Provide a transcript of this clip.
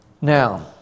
Now